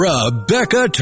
Rebecca